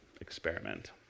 experiment